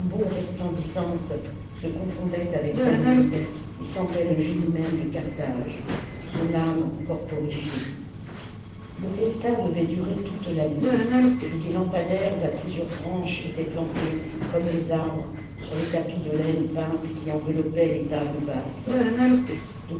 resplendissante se confondait avec tanit et semblait le génie même de carthage son âme corporifiée le festin devait durer toute la nuit et des lampadaires à plusieurs branches étaient plantés comme des arbres sur les tapis de laine peinte qui enveloppaient les tables basses